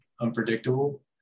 unpredictable